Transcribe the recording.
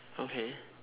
okay